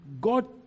God